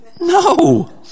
No